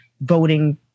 voting